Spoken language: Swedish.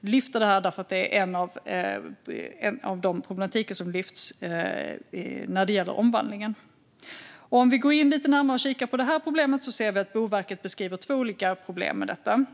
Jag tar upp detta därför att det är en av de problematiker som lyfts fram när det gäller omvandlingen. Om vi går in lite närmare och kikar på detta problem ser vi att Boverket beskriver två olika problem med detta.